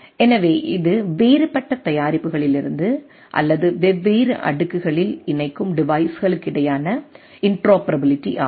எனவே இது வேறுபட்ட தயாரிப்புகளிலிருந்து அல்லது வெவ்வேறு அடுக்குகளில் இணைக்கும் டிவைஸ்களுக்கிடையான இன்டரோபரபிலிடி ஆகும்